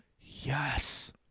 yes